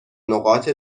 نقاط